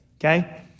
Okay